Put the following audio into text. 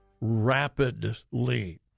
rapidly